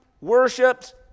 worships